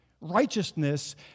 Righteousness